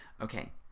Okay